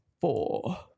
Four